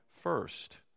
first